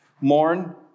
Mourn